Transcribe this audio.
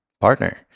partner